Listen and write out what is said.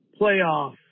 playoff